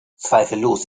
zweifellos